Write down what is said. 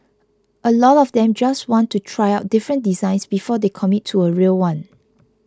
a lot of them just want to try out different designs before they commit to a real one